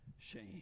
shame